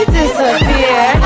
disappear